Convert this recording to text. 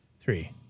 three